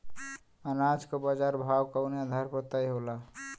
अनाज क बाजार भाव कवने आधार पर तय होला?